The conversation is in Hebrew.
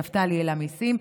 נפתלי העלה מיסים,